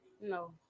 No